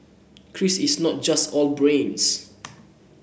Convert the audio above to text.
Chris is not just all brains